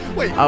Wait